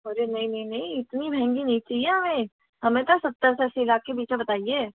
अरे नहीं नहीं नहीं इतनी महंगी नहीं चाहिए हमें तो सत्तर से अस्सी लाख के बीच में बताइए